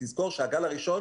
תזכור, שהגל הראשון